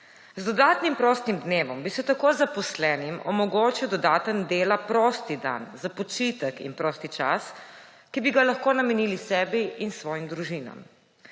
Z dodatnim prostim dnevom bi se tako zaposlenim omogočil dodaten dela prost dan za počitek in prosti čas, ki bi ga lahko namenili sebi in svojim družinam,